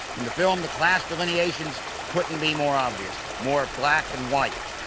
in the film, the class delineations couldn't be more obvious, more black and white.